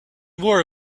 more